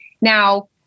Now